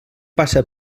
passa